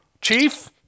Chief